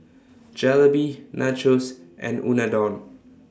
Jalebi Nachos and Unadon